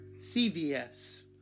CVS